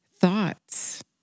Thoughts